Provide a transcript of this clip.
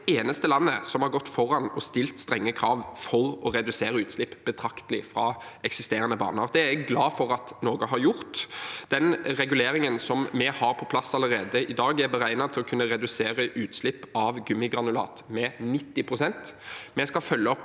Norge det eneste landet som har gått foran og stilt strenge krav for å redusere utslippene betraktelig fra eksisterende baner. Det er jeg glad for at Norge har gjort. Den reguleringen vi har på plass allerede i dag, er beregnet til å kunne redusere utslipp av gummigranulat med 90